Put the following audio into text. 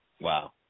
Wow